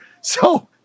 So-